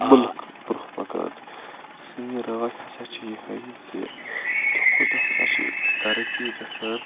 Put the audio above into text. مُلک برۄنٛہہ پکان سٲنۍ راے ہسا چھِ یِہٕے زِ دۄہ کھوتہٕ دۄہ ہسا چھِ ترقی گژھان